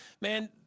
man